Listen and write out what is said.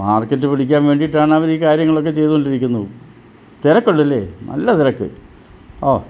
market പിടിക്കാന് വേണ്ടിയിട്ടാണ് അവരീ കാര്യങ്ങളൊക്കെ ചെയ്തുകൊണ്ടിരിക്കുന്നതും തിരക്കുണ്ടല്ലേ നല്ല തിരക്ക് ഓ